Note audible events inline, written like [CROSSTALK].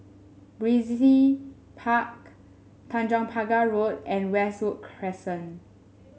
[UNINTELLIGIBLE] Park Tanjong Pagar Road and Westwood Crescent